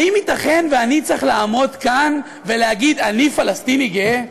האם ייתכן שאני צריך לעמוד כאן ולהגיד: אני פלסטיני גאה?